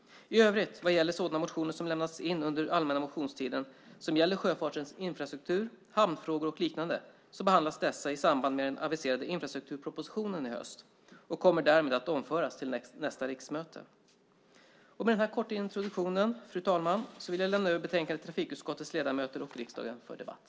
I övrigt vad gäller sådana motioner som lämnats in under allmänna motionstiden som gäller sjöfartens infrastruktur, hamnfrågor och liknande behandlas dessa i samband med den aviserade infrastrukturpropositionen i höst och kommer därmed att omföras till nästa riksmöte. Med denna korta introduktion, fru talman, vill jag lämna över betänkandet till trafikutskottets ledamöter och riksdagen för debatt.